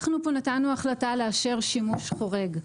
אנחנו פה נתנו החלטה לאשר שימוש חורג.